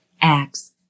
Acts